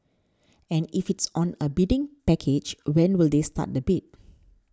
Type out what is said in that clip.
and if it's on a bidding package when will they start the bid